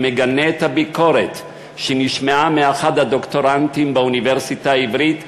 אני מגנה את הביקורת שנשמעה מאחד הדוקטורנטים באוניברסיטה העברית,